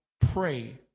Pray